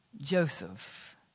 Joseph